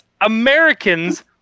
Americans